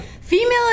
Female